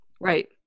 right